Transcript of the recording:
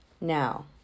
Now